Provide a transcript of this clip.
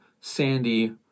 sandy